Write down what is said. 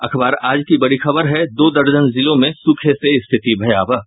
अखबार आज की बड़ी खबर है दो दर्जन जिलों में सूखे से स्थिति भयावह